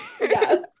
Yes